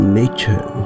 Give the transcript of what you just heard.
nature